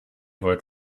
wollt